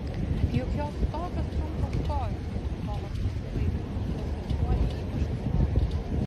juk jos tokios trumpos kojos tomas nusivaipė o sesuo į jį pašnairavo